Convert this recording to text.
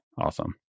Awesome